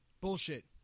Bullshit